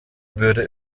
würde